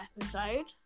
episode